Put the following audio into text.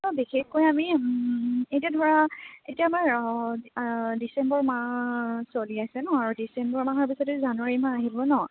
বিশেষকৈ আমি এতিয়া ধৰা এতিয়া আমাৰ ডিচেম্বৰ মাহ চলি আছে নহ্ আৰু ডিচেম্বৰ মাহৰ পিছতে জানুৱাৰী মাহ আহিব নহ্